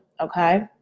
Okay